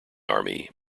army